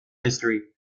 history